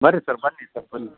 ಬರ್ರಿ ಸರ್ ಬನ್ನಿ ಸರ್ ಬನ್ನಿ